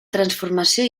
transformació